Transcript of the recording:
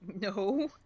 No